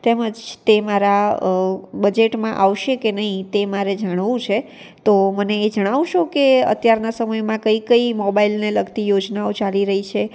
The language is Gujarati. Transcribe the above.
તેમજ તે મારા બજેટમાં આવશે કે નહીં તે મારે જાણવું છે તો મને એ જણાવશો કે અત્યારના સમયમાં કઈ કઈ મોબાઈલને લગતી યોજનાઓ ચાલી રઈ છે